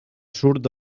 surt